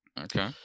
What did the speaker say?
Okay